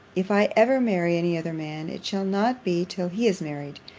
if i ever marry any other man, it shall not be till he is married.